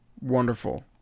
Wonderful